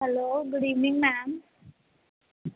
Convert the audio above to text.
hello good evening ma'am